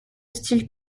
style